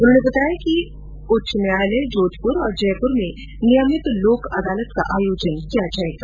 उन्होंने बताया कि उच्च न्यायालय जोधपुर और जयपुर में नियमित लोक अदालत का आयोजन होगा